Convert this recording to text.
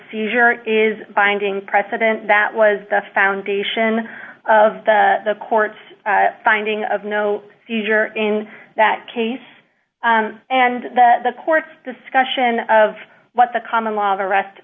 seizure is binding precedent that was the foundation of the court's finding of no seizure in that case and that the court's discussion of what the common law